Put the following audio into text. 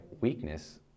weakness